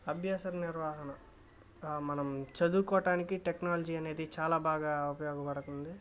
అభ్యాసర నిర్వాహణ మనం చదువుకోటానికి టెక్నాలజీ అనేది చాలా బాగా ఉపయోగపడుతుంది